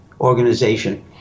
Organization